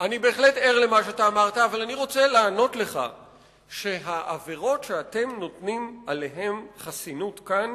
אבל אני רוצה לענות לך שהעבירות שאתם נותנים עליהן חסינות כאן